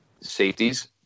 safeties